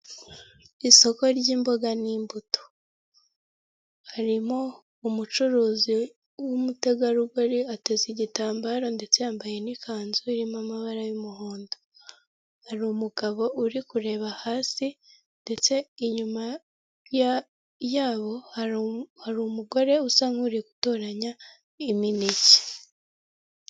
Isoko ry'imboga n'imbuto harimo umucuruzi w'umutegarugori ateze igitambaro ndetse yambaye n'ikanzu irimo amabara y'umuhondo, hari umugabo uri kureba hasi ndetse inyuma yabo hari umugore usa nk'uri gutoranya imineke.